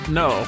no